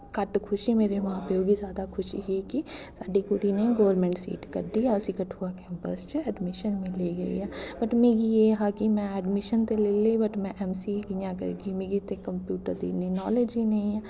घट्ट खुशी मिली मेरे मां प्यो गी जादा खुशी ही कि साढ़ी कुड़ी ने गौरमैंट सीट कड्डी ऐ उसी कठुआ कैंपस च अडमिशन मिली गेई ऐ बट मिगी एह् हा कि में अडमिशन ते लेई लेई ऐ बट में ऐम सी ए कियां करगी मिगी ते कंप्यूटर दी इन्नी नालेज गै निं ऐ